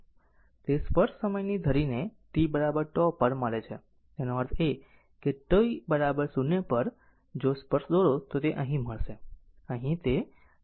તે સ્પર્શ સમયની ધરીને t τ પર મળે છે તેનો અર્થ એ કે તે t 0 પર t 0 જો સ્પર્શ દોરો તો તે અહીં મળશે τ અહીં જ તે τ મળશે